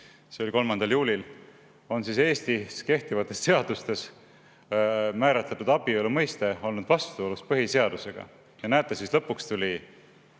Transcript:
see oli 3. juulil, on Eestis kehtivates seadustes määratletud abielu mõiste olnud vastuolus põhiseadusega. Ja näete, siis lõpuks tuli